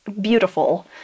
beautiful